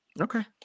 Okay